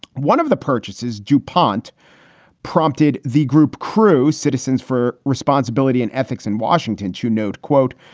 one of the purchases, dupont prompted the group crew, citizens for responsibility and ethics in washington to note, quote,